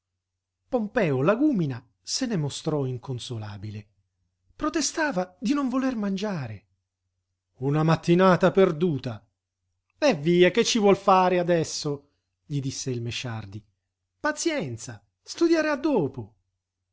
colazione pompeo lagúmina se ne mostrò inconsolabile protestava di non voler mangiare una mattinata perduta eh via che ci vuol fare adesso gli disse il mesciardi pazienza studierà dopo